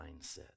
mindset